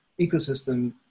ecosystem